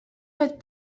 fet